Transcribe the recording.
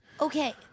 Okay